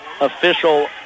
official